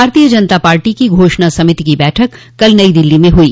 भारतीय जनता पार्टी की घोषणा समिति की बैठक कल नई दिल्ली में हुई